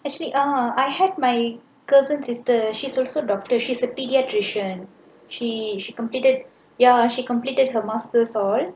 actually uh I had my cousin sister she's also doctors she's a paediatrician she she completed ya she completed her master all